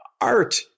art